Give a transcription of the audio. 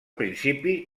principi